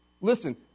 listen